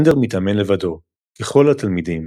אנדר מתאמן לבדו, ככל התלמידים